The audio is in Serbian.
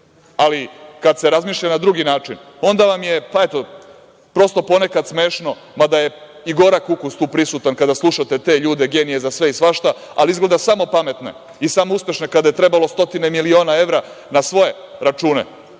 Ali, kada se razmišlja na drugi način onda vam je, pa eto, prosto, ponekad smešno, mada je i gorak ukus tu prisutan kada slušate te ljude, genije za sve i svašta, ali izgleda samo pametne i samo uspešne kada je trebalo stotine miliona evra na svoje račune